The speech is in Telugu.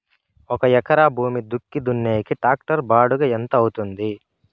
ఒక ఎకరా భూమి దుక్కి దున్నేకి టాక్టర్ బాడుగ ఎంత అవుతుంది?